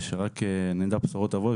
שנדע רק בשורות טובות,